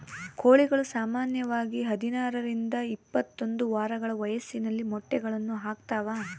ಕೋಳಿಗಳು ಸಾಮಾನ್ಯವಾಗಿ ಹದಿನಾರರಿಂದ ಇಪ್ಪತ್ತೊಂದು ವಾರಗಳ ವಯಸ್ಸಿನಲ್ಲಿ ಮೊಟ್ಟೆಗಳನ್ನು ಹಾಕ್ತಾವ